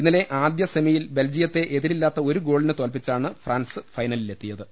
ഇന്നലെ ആദ്യ സെമിയിൽ ബെൽജിയത്തെ എതിരില്ലാത്ത ഒരു ഗോളിന് തോൽപ്പിച്ചാണ് ഫ്രാൻസ് ഫൈനലിലെത്തിയത്